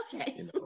Okay